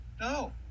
No